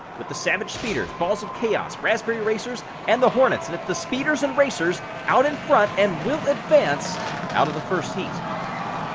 with the savage speeders, balls of chaos, raspberry racers, and the hornets, and it's the speeders and racers out in front, and will advance out of the first heat.